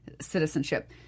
citizenship